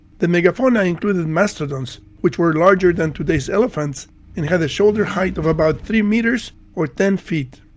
the megafauna included mastodons, which were larger than today's elephants and had a shoulder height of about three meters or ten feet.